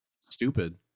stupid